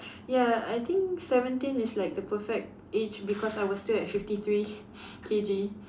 ya I think seventeen is like the perfect age because I was still at fifty three K_G